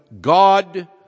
God-